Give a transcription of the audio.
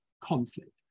conflict